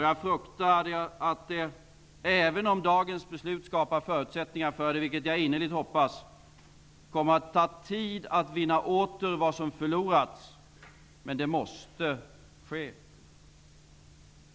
Jag fruktar att det, även om dagens beslut skapar förutsättningar -- jag hoppas innerligt det -- kommer att ta tid att vinna åter vad som förlorats. Men det måste ske.